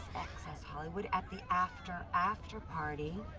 access hollywood at the after after party.